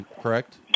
correct